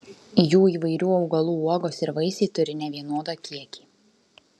jų įvairių augalų uogos ir vaisiai turi nevienodą kiekį